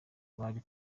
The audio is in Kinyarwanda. bari